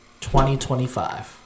2025